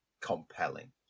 compelling